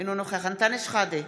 אינו נוכח יפעת שאשא ביטון,